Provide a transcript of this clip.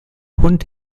hund